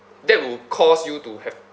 that would cause you to have